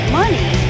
money